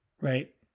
right